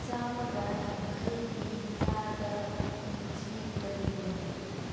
ꯆꯥꯝꯃꯒ ꯌꯥꯡꯈꯩꯒꯤ ꯆꯥꯗ ꯈꯨꯟꯁꯤ ꯀꯔꯤꯅꯣ